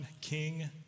King